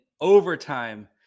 overtime